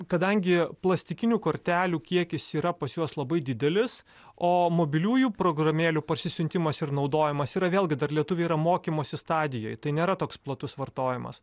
kadangi plastikinių kortelių kiekis yra pas juos labai didelis o mobiliųjų programėlių parsisiuntimas ir naudojimas yra vėlgi dar lietuviai yra mokymosi stadijoj tai nėra toks platus vartojimas